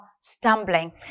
stumbling